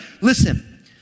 Listen